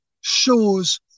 shows